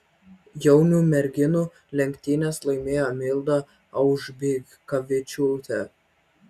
jaunių merginų lenktynes laimėjo milda aužbikavičiūtė